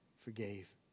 forgave